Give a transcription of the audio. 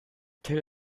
till